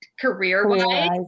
career-wise